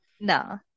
no